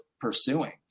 pursuing